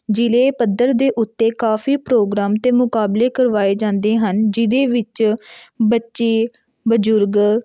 ਜ਼ਿਲ੍ਹੇ ਪੱਧਰ ਦੇ ਉੱਤੇ ਕਾਫੀ ਪ੍ਰੋਗਰਾਮ ਅਤੇ ਮੁਕਾਬਲੇ ਕਰਵਾਏ ਜਾਂਦੇ ਹਨ ਜਿਹਦੇ ਵਿੱਚ ਬੱਚੇ ਬਜ਼ੁਰਗ